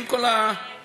עם כל מה שיש.